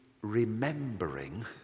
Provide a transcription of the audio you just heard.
remembering